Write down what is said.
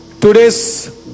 today's